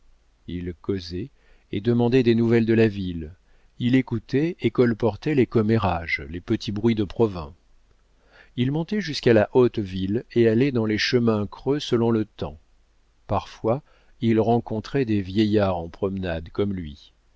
il causait et demandait des nouvelles de la ville il écoutait et colportait les commérages les petits bruits de provins il montait jusqu'à la haute ville et allait dans les chemins creux selon le temps parfois il rencontrait des vieillards en promenade comme lui